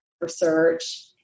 research